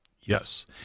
Yes